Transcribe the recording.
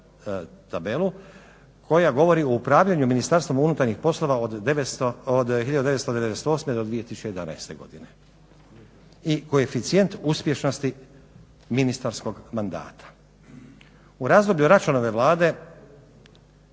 tabelu koja govori o upravljanju Ministarstvom unutarnjih poslova od 1998. do 2011. godine. i koeficijent uspješnosti ministarskog mandata. U razdoblju Račanove Vlade